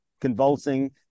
convulsing